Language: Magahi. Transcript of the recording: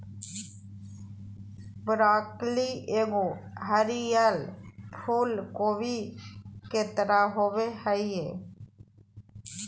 ब्रॉकली एगो हरीयर फूल कोबी के तरह होबो हइ